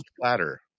Platter